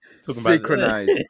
synchronized